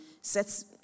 sets